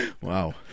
Wow